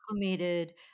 acclimated